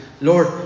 Lord